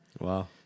Wow